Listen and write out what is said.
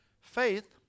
faith